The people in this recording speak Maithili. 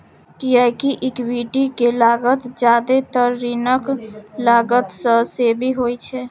कियैकि इक्विटी के लागत जादेतर ऋणक लागत सं बेसी होइ छै